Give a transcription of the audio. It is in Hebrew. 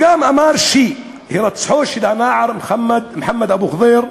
והוא גם אמר שהירצחו של הנער מוחמד אבו ח'דיר,